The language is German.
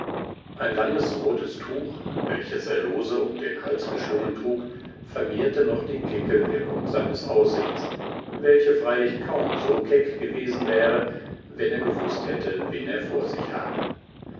ein langes rotes tuch welches er lose um den hals geschlungen trug vermehrte noch die kecke wirkung seines aussehens welche freilich kaum so keck gewesen wäre wenn er gewußt hätte wen er vor sich habe